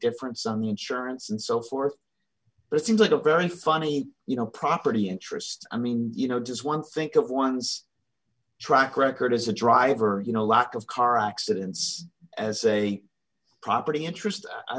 difference on the insurance and so forth but it seems like a very funny you know property interests i mean you know does one think of one's track record as a driver you know a lot of car accidents as a property interest i